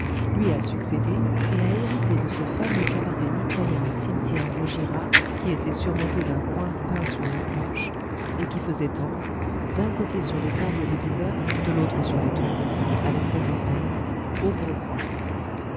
lui a succédé et a hérité de ce fameux cabaret mitoyen au cimetière vaugirard qui était surmonté d'un coing peint sur une planche et qui faisait angle d'un côté sur les tables des buveurs de l'autre sur les tombeaux avec cette enseigne au bon coing